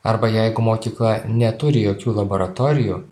arba jeigu mokykla neturi jokių laboratorijų